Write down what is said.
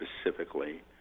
specifically